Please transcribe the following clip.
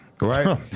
Right